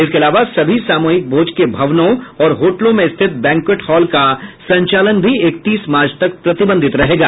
इसके अलावा सभी सामूहिक भोज के भवनों और होटलों में स्थित बैंक्वेट हॉल का संचालन भी इकतीस मार्च तक प्रतिबंधित रहेगा